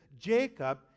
Jacob